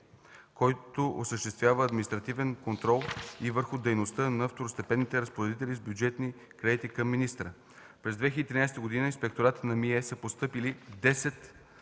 който осъществява административен контрол и върху дейността на второстепенните разпоредители с бюджетни кредити към министъра. През 2013 г. в Инспектората на МИЕ са постъпили 10